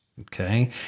Okay